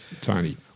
Tony